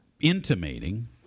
intimating